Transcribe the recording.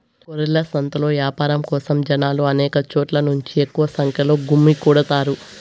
గొర్రెల సంతలో యాపారం కోసం జనాలు అనేక చోట్ల నుంచి ఎక్కువ సంఖ్యలో గుమ్మికూడతారు